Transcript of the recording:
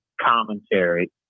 commentary